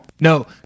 No